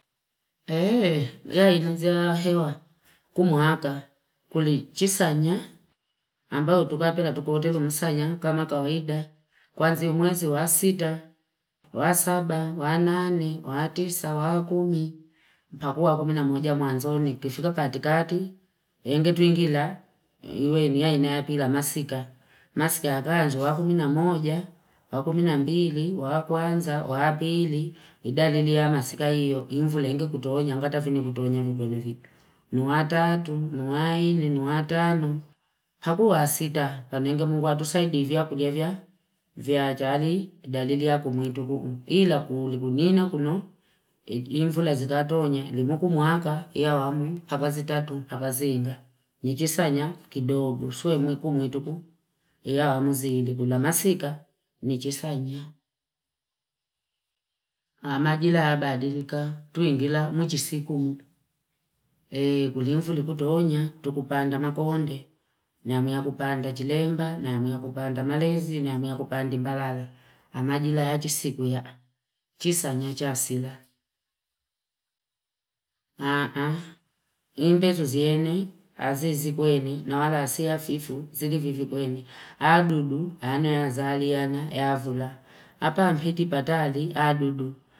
Hei, ya inazahewa kumu haka kuli chisanya. Ambalo tukapela tukoote kumusanya kama kawahida. Kwanzi mwezi wa sita, wa saba, wa nani, wa tisa, wa kumi. Wakuwa kuminamuja maanzoni. Kifika katikati, enge tuingila, yuwe niya inayapila masika. Masika akanju, wakuminamuja, wakuminambili, wakuanza, wapili. Idalili ya masika hiyo, imfula hingi kutoonya, nga tafini kutoonya mkulivi. Nuwa tatu, nuwa ini, nuwa tanu. Hakuwa sita. Ndinge mwatu saiti hivya kuli hivya achali, idalili ya kumu ituku. Hila kulikunina kuno, imfula hizi katoonya, limu kumu haka, ya wamu, hapazi tatu, hapazi inga. Nchisanya kidobu. Sue mwiku, mwituku, ya wamu zili. Kula masika, nchisanya. Amajila abadilika, tuingila, mchisiku mu. Ee kulimfuli kutoonya, tukupanda makoonde, nyamu ya kupanda chilemba, nyamu ya kupanda malezi, nyamu ya kupanda mbalala. Amajila ya chisiku ya chisanya chasila. Haa, haa. Impetu zieni, azizi kueni, na wala asiafifu, zilivivi kueni. Adudu, anayazali, anayavula. Aba ambeti bata adi adudu.